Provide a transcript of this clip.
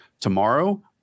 tomorrow